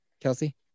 Kelsey